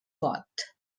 pot